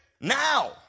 now